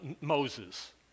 Moses